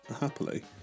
happily